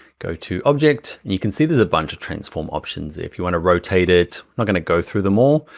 go to object. you can see there's a bunch of transform options. if you wanna rotate it. not gonna go through them all,